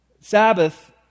Sabbath